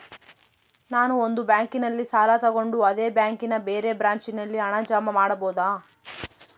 ನಾನು ಒಂದು ಬ್ಯಾಂಕಿನಲ್ಲಿ ಸಾಲ ತಗೊಂಡು ಅದೇ ಬ್ಯಾಂಕಿನ ಬೇರೆ ಬ್ರಾಂಚಿನಲ್ಲಿ ಹಣ ಜಮಾ ಮಾಡಬೋದ?